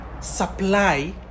Supply